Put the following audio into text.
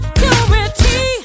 purity